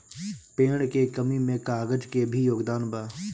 पेड़ के कमी में कागज के भी योगदान बा